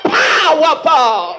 powerful